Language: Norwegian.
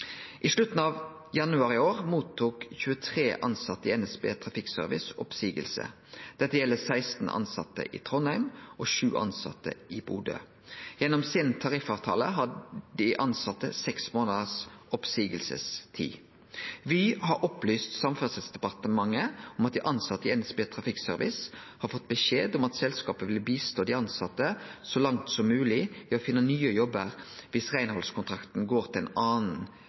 I slutten av januar i år mottok 23 tilsette i NSB Trafikkservice oppseiing. Dette gjeld 16 tilsette i Trondheim og 7 tilsette i Bodø. Gjennom tariffavtalen sin hadde dei tilsette seks månaders oppseiingstid. Vy har opplyst Samferdselsdepartementet om at dei tilsette i NSB Trafikkservice har fått beskjed om at selskapet vil hjelpe dei tilsette så langt som mogeleg med å finne nye jobbar viss reinhaldskontrakten går til ein annan